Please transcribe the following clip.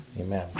amen